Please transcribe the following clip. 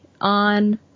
on